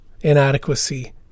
inadequacy